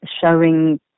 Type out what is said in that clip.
showing